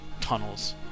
tunnels